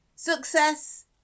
Success